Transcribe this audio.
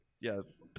yes